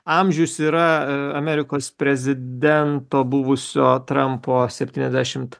amžius yra amerikos prezidento buvusio trampo septyniasdešimt